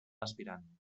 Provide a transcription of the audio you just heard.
aspirant